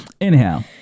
Anyhow